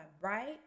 right